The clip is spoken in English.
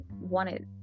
wanted